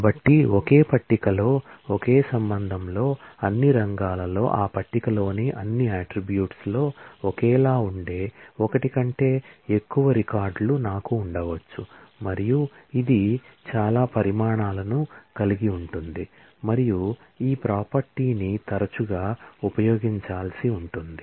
కాబట్టి ఒకే పట్టికలో ఒకే రిలేషన్ లో అన్ని రంగాలలో ఆ పట్టికలోని అన్ని అట్ట్రిబ్యూట్స్ లో ఒకేలా ఉండే ఒకటి కంటే ఎక్కువ రికార్డులు నాకు ఉండవచ్చు మరియు ఇది చాలా పరిణామాలను కలిగి ఉంటుంది మరియు ఈ ప్రాపర్టీ ని తరచుగా ఉపయోగించాల్సి ఉంటుంది